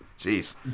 Jeez